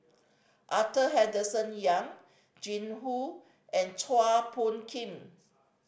Arthur Henderson Young Jing Hu and Chua Phung Kim